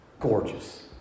Gorgeous